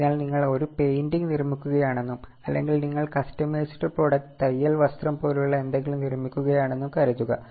അതിനാൽ നിങ്ങൾ ഒരു പെയിന്റിംഗ് നിർമ്മിക്കുകയാണെന്നും അല്ലെങ്കിൽ നിങ്ങൾ കസ്റ്റമൈസിഡ് പ്രോഡക്റ്റ് തയ്യൽ വസ്ത്രം പോലുള്ള എന്തെങ്കിലും നിർമ്മിക്കുകയാണെന്നും കരുതുക